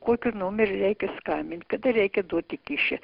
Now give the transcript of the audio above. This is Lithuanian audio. kokiu numeriu reikia skambint kada reikia duoti kyšį